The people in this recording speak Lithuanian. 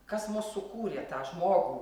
kas mus sukūrė tą žmogų